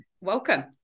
Welcome